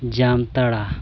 Jamtara